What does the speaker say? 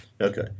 okay